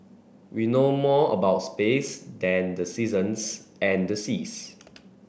we know more about space than the seasons and the seas